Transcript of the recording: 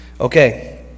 Okay